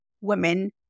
women